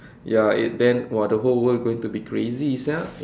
ya eh then !wah! the whole world going to be crazy sia